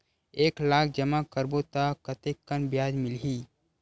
एक लाख जमा करबो त कतेकन ब्याज मिलही?